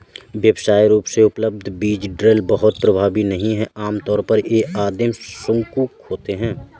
व्यावसायिक रूप से उपलब्ध बीज ड्रिल बहुत प्रभावी नहीं हैं आमतौर पर ये आदिम शंकु होते हैं